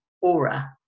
aura